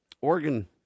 Oregon